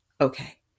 okay